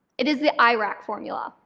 it is the irac formula.